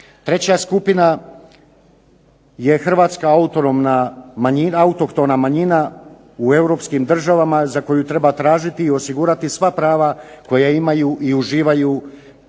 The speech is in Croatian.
Treća skupina je Hrvatska autohtona manjina u Europskim državama za koju treba tražiti i osigurati sva prava koja imaju i uživaju